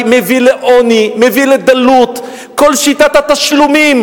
האשראי מביא לעוני, מביא לדלות, כל שיטת התשלומים